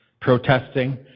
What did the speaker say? protesting